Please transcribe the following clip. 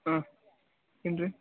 ಹಾಂ ಏನು ರೀ